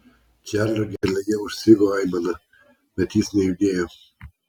čarlio gerklėje užstrigo aimana bet jis nejudėjo